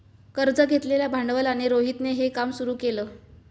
कर्ज घेतलेल्या भांडवलाने रोहितने हे काम सुरू केल